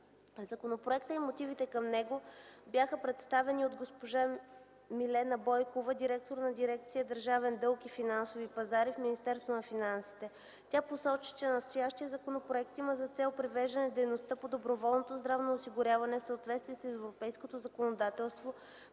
Законопроектът и мотивите към него бяха представени от госпожа Милена Бойкова – директор на дирекция „Държавен дълг и финансови пазари” в Министерството на финансите. Тя посочи, че настоящият законопроект има за цел привеждане дейността по доброволното здравно осигуряване в съответствие с европейското законодателство